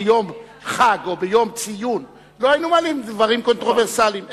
ביום חג או ביום ציון לא היינו מעלים דברים קונטרוברסליים.